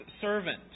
servant